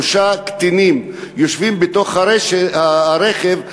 שלושה קטינים יושבים בתוך הרכב.